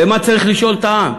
למה צריך לשאול את העם?